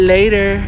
Later